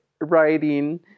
writing